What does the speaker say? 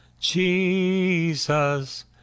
jesus